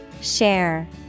Share